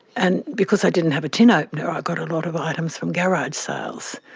and because i didn't have a tin opener i got a lot of items from garage sales,